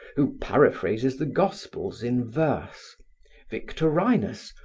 who paraphrases the gospels in verse victorinus,